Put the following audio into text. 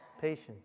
patience